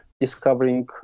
discovering